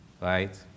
Right